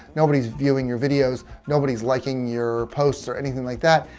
nobody's viewing your videos, nobody's liking your posts or anything like that,